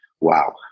wow